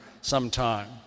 sometime